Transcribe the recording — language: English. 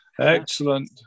Excellent